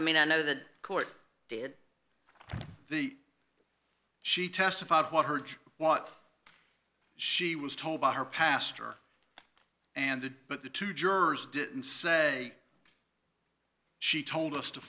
i mean i know that court did the she testified one heard what she was told by her pastor and that but the two jurors didn't say she told us to